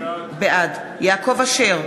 בעד יעקב אשר,